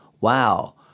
Wow